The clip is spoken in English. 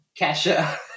kesha